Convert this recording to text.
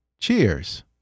Cheers